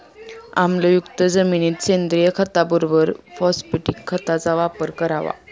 आम्लयुक्त जमिनीत सेंद्रिय खताबरोबर फॉस्फॅटिक खताचा वापर करावा